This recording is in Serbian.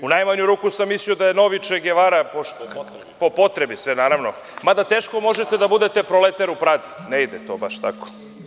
U najmanju ruku sam mislio da je novi Če Gevara, po potrebi sve, naravno, mada teško možete da budete proleter u Pradi, ne ide to baš tako.